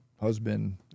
husband